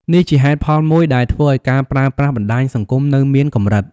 នេះជាហេតុផលមួយដែលធ្វើឱ្យការប្រើប្រាស់បណ្ដាញសង្គមនៅមានកម្រិត។